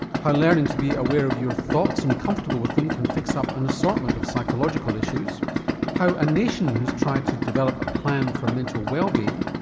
how learning to be aware of your thoughts and comfortable with them can fix up an assortment of psychological issues how a nation has tried to develop a plan for mental wellbeing,